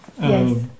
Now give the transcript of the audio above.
Yes